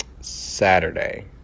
Saturday